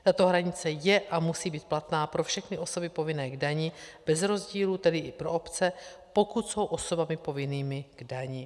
Tato hranice je a musí být platná pro všechny osoby povinné k dani bez rozdílu, tedy i pro obce, pokud jsou osobami povinnými k dani.